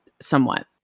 somewhat